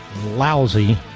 lousy